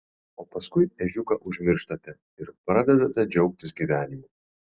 o paskui ežiuką užmirštate ir pradedate džiaugtis gyvenimu